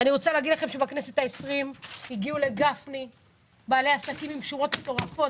בכנסת העשרים הגיעו לגפני בעלי עסקים עם שומות מטורפות.